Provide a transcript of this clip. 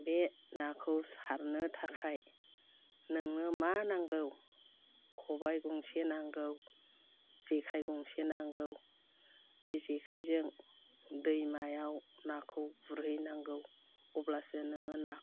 बे नाखौ सारनो थाखाय नोङो मा नांगौ खबाय गंसे नांगौ जेखाइ गंसे नांगौ बे जेखाइजों दैमायाव नाखौ गुरहैनागौ अब्लासो नोङो नाखौबो मोनगोन